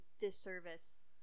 disservice